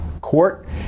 court